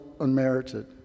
unmerited